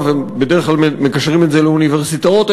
ובדרך כלל מקשרים את זה לאוניברסיטאות,